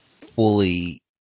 fully